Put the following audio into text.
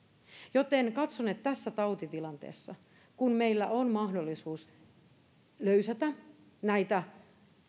joten katson että tässä tautitilanteessa kun meillä on mahdollisuus löysätä näitä